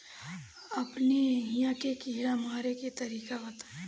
अपने एहिहा के कीड़ा मारे के तरीका बताई?